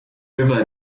river